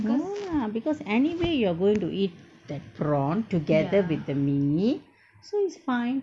no lah because anyway you're going to eat the prawn together with the mee so it's fine